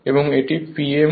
এবং এটি Pm হবে PG